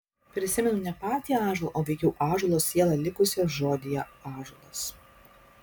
prisimenu ne patį ąžuolą o veikiau ąžuolo sielą likusią žodyje ąžuolas